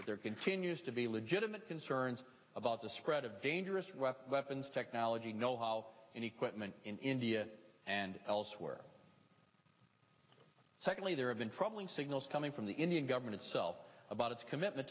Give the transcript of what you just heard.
there continues to be legitimate concerns about the spread of dangerous weapons technology know how and equipment in india and elsewhere secondly there have been troubling signals coming from the indian government itself about its commitment